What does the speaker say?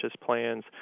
plans